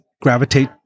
gravitate